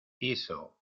hizo